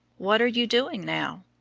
what are you doing now?